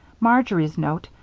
marjory's note,